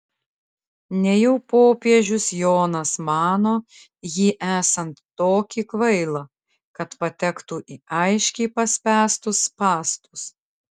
nejau popiežius jonas mano jį esant tokį kvailą kad patektų į aiškiai paspęstus spąstus